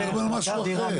אני מדבר על משהו אחר.